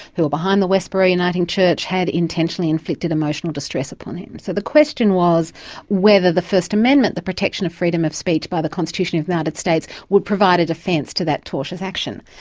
who were behind the westboro uniting church, had intentionally inflicted emotional distress upon him. so the question was whether the first amendment, the protection of freedom of speech by the constitution of the united states, would provide a defence to that tortious action.